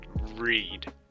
read